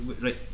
right